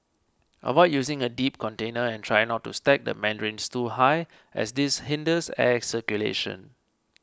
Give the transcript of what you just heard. avoid using a deep container and try not to stack the mandarins too high as this hinders air circulation